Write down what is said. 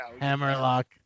Hammerlock